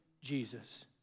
Jesus